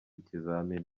ikizamini